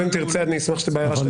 אני אשים בצד כי